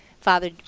Father